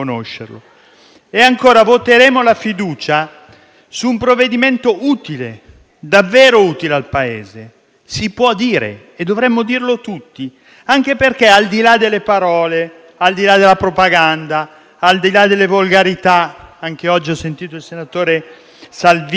Ancora, voteremo la fiducia su un provvedimento davvero utile al Paese: si può dire e dovremmo dirlo tutti anche perché, al di là delle parole, della propaganda e delle volgarità - anche oggi ho sentito il senatore Salvini dire